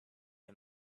and